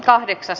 asia